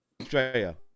australia